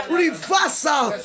reversal